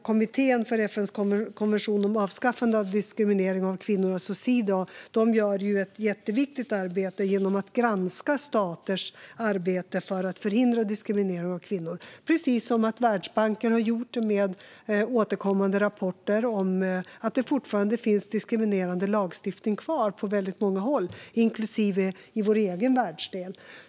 Kommittén för FN:s konvention om avskaffande av diskriminering av kvinnor gör ett jätteviktigt arbete genom att granska staters arbete med att förhindra diskriminering av kvinnor, precis som Världsbanken har gjort med återkommande rapporter om att det fortfarande finns diskriminerande lagstiftning kvar på väldigt många håll, inklusive i vår egen världsdel.